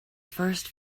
first